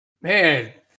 man